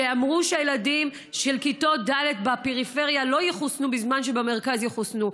שאמרו שהילדים של כיתות ד' בפריפריה לא יחוסנו בזמן שבמרכז יחוסנו.